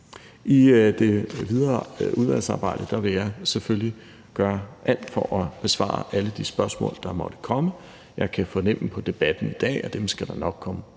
I det videre udvalgsarbejde vil jeg selvfølgelig gøre alt for at besvare alle de spørgsmål, der måtte komme. Jeg kan fornemme på debatten i dag, at dem skal der nok komme